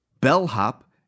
Bellhop